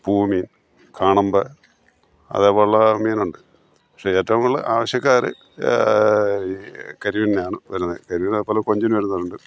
പൂമി കാണമ്പ അതേപോലെയുള്ള മീനുണ്ട് പക്ഷെ ഏറ്റവും കൂടുതൽ ആവശ്യക്കാർ കരിമീനിനാണ് വരുന്നത് കരിമീനിനെ പോലെ കൊഞ്ചിനും വരുന്നുണ്ട്